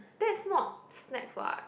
that's not snacks what